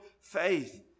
faith